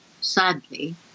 sadly